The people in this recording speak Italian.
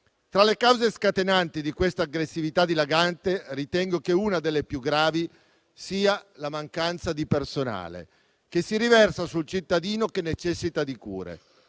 Tra le cause scatenanti di questa aggressività dilagante, ritengo che una delle più gravi sia la mancanza di personale che si riversa sul cittadino che necessita di cure;